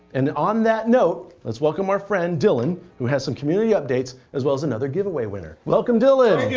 and on that note, let's welcome our friend, dylan, who has some community updates, as well as another giveaway winner. welcome, dylan.